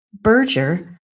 Berger